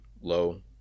low